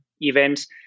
events